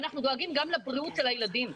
אנחנו דואגים גם לבריאות של הילדים.